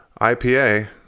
IPA